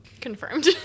Confirmed